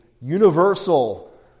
universal